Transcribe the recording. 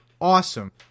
awesome